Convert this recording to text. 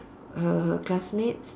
her her classmates